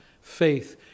faith